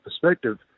perspective